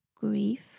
grief